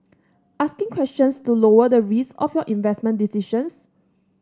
asking questions to lower the risk of your investment decisions